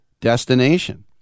destination